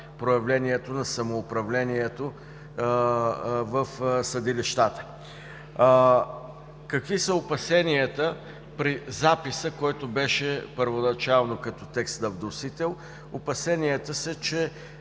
проявлението на самоуправлението в съдилищата. Какви са опасенията при записа, който беше първоначално като текст на вносител? Опасенията са, че